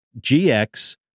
GX